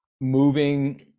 moving